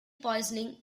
poisoning